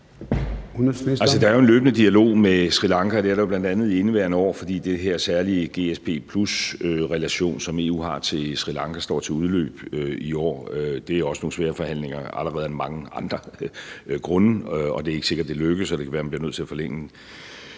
der er jo en løbende dialog med Sri Lanka, og det er der bl.a. i indeværende år, fordi den her særlige GSP+-relation, som EU har til Sri Lanka, står til at udløbe i år. Det er også nogle svære forhandlinger, allerede af mange andre grunde. Det er ikke sikkert, at det lykkes, og det kan være, at man bliver nødt til at forlænge den